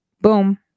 Boom